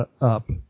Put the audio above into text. up